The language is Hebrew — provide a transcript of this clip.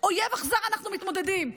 אויב אכזר אנחנו מתמודדים.